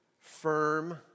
firm